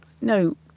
no